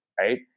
right